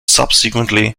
subsequently